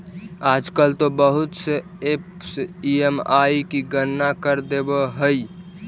आजकल तो बहुत से ऐपस ई.एम.आई की गणना कर देवअ हई